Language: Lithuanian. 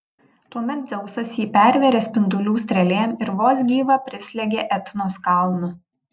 tuomet dzeusas jį pervėrė spindulių strėlėm ir vos gyvą prislėgė etnos kalnu